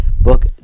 book